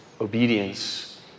obedience